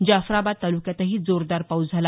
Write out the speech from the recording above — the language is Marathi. जाफराबाद ताल्क्यातही जोरदार पाऊस झाला